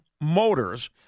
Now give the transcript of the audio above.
motors